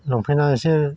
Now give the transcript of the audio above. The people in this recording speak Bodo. लंफेना एसे